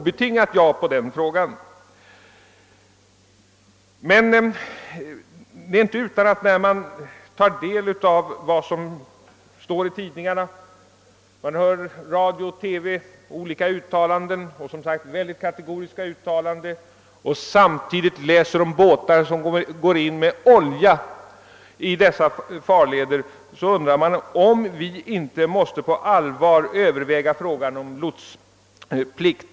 När man tar del av dessa som sagt mycket kategoriska uttalanden som görs 1 tidningar, i radio och TV och när man samtidigt läser om båtar med oljelast som går in i dessa farleder, undrar man om vi inte på allvar måste överväga frågan om lotsplikt.